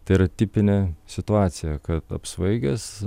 tai yra tipinė situacija kad apsvaigęs